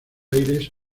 aires